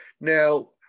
now